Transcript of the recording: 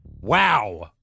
Wow